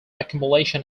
accumulation